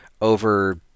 over